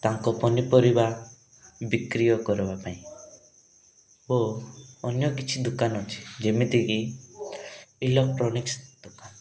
ତାଙ୍କ ପନିପରିବା ବିକ୍ରିୟ କରିବା ପାଇଁ ଓ ଅନ୍ୟ କିଛି ଦୁକାନ ଅଛି ଯେମିତିକି ଇଲୋଟ୍ରୋନିକ୍ସ ଦୁକାନ